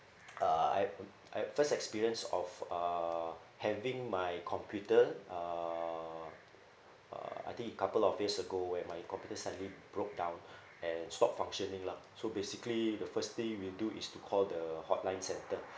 uh I I first experience of uh having my computer uh uh I think in couple of years ago when my computer suddenly broke down and stop functioning lah so basically the first thing we do is to call the hotline centre